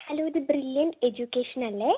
hello ഇത് brilliant education അല്ലേ